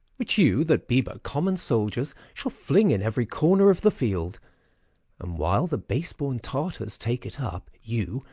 which you that be but common soldiers shall fling in every corner of the field and, while the base-born tartars take it up, you,